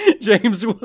James